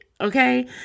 okay